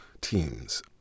teams